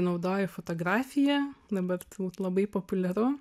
naudoju fotografiją dabar turbūt labai populiaru